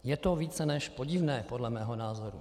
Je to více než podivné, podle mého názoru.